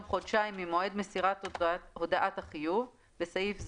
חודשיים ממועד מסירת הודעת החיוב (בסעיף זה,